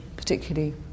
Particularly